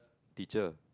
teacher